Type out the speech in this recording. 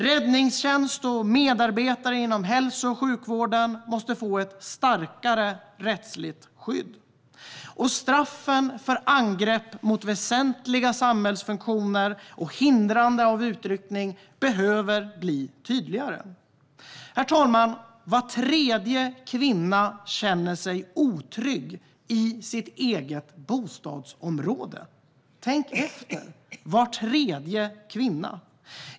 Räddningstjänst och medarbetare inom hälso och sjukvården måste få ett starkare rättsligt skydd. Straffen för angrepp mot väsentliga samhällsfunktioner och hindrande av utryckning behöver bli tydligare. Herr talman! Var tredje kvinna känner sig otrygg i sitt eget bostadsområde. Tänk efter - var tredje kvinna!